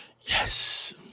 Yes